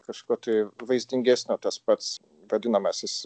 kažkuo tai vaizdingesnio tas pats vadinamasis